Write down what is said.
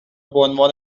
بعنوان